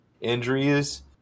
injuries